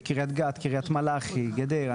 בקריית גת, קריית מלאכי, גדרה.